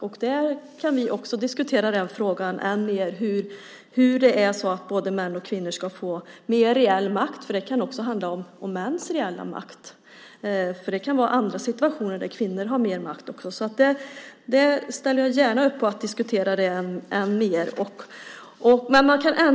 Vi kan än mer diskutera frågan om hur både män och kvinnor ska få mer reell makt, för det kan också handla om mäns reella makt. Det kan finnas situationer där kvinnor har mer makt. Jag ställer gärna upp på att diskutera detta än mer.